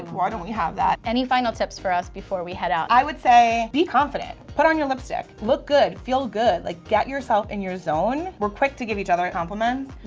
why don't we have that? any final tips for us before we head out? i would say be confident, put on your lipstick. look good, feel good. like, get yourself in your zone. we're quick to give each other compliments,